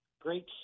Great